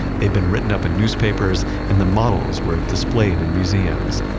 they'd been written up in newspapers and the models were displayed in museums,